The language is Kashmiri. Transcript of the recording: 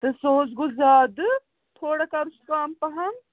تہٕ سُہ حظ گوٚو زیادٕ تھوڑا کَرُس کَم پَہَم